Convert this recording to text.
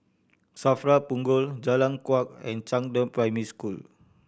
SAFRA Punggol Jalan Kuak and Zhangde Primary School